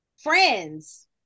Friends